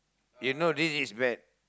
you know this is bad